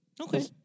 Okay